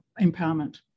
empowerment